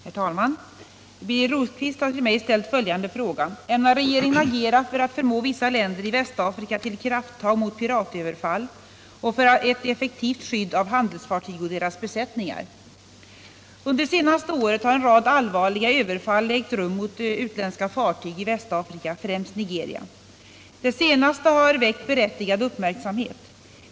Herr talman! Birger Rosqvist har till mig ställt följande fråga: Ämnar regeringen agera för att förmå vissa länder i Västafrika till krafttag mot piratöverfall och för ett effektivt skydd av handelsfartyg och deras besättningar? Under senaste året har en rad allvarliga överfall ägt rum mot utländska fartyg i Västafrika, främst Nigeria. Det senaste har väckt berättigad uppmärksamhet.